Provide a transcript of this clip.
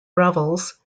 revels